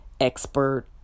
expert